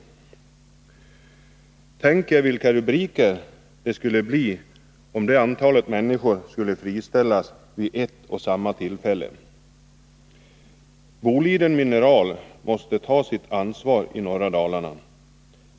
Tänk er vilka rubriker det skulle bli om så många människor friställdes vid ett och samma tillfälle! Boliden Mineral AB måste ta sitt ansvar i fråga om norra Dalarna.